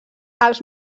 als